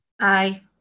Aye